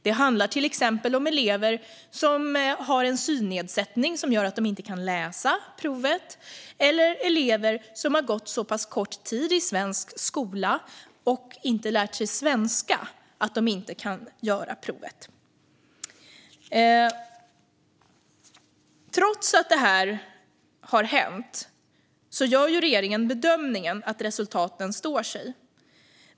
Det handlar till exempel om elever som har en synnedsättning som gör att de inte kan läsa provet eller om elever som har gått så pass kort tid i svensk skola att de inte lärt sig svenska och därför inte kan göra provet. Trots att detta har hänt gör regeringen bedömningen att resultaten står sig.